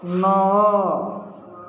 ନଅ